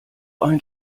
ein